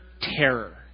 terror